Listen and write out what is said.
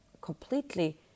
completely